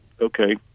okay